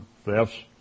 thefts